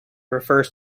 refers